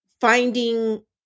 finding